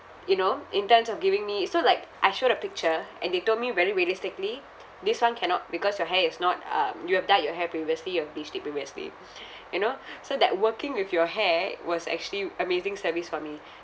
you know in terms of giving me so like I show the picture and they told me very realistically this [one] cannot because your hair is not um you have dyed your hair previously you have bleached it previously you know so that working with your hair was actually amazing service for me